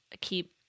keep